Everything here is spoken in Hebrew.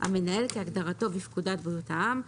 "המנהל" כהגדרתו בפקודת בריאות העם,